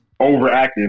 overactive